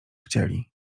chcieli